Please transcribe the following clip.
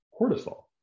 cortisol